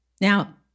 Now